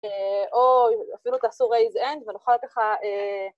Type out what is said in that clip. ‫או אפילו תעשו רייז אנד, ‫ואני אוכל ככה...